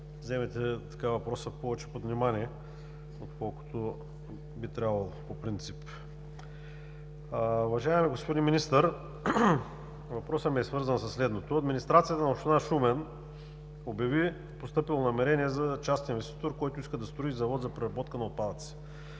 вземете въпроса повече под внимание, отколкото би трябвало по принцип. Уважаеми господин Министър, въпросът ми е свързан със следното. Администрацията на община Шумен обяви постъпило намерение за частен инвеститор, който иска да строи завод за преработка на отпадъци.